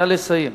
נא לסיים.